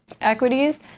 equities